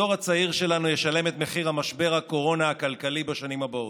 הדור הצעיר שלנו ישלם את מחיר משבר הקורונה הכלכלי בשנים הבאות.